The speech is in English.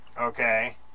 Okay